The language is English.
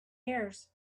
ears